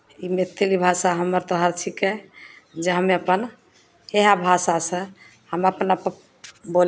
ई मैथिली भाषा हम्मर तोहर छिकै जे हमे अपन इएह भाषासँ हम अपना प् बोल